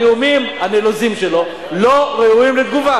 הנאומים הנלוזים שלו לא ראויים לתגובה.